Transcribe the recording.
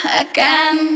again